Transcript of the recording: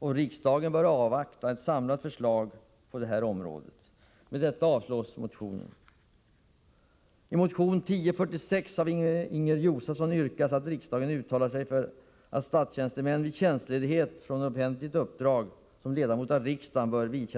Riksdagen bör avvakta ett samlat förslag på detta område. Med det sagda avstyrks motionen.